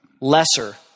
lesser